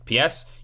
ps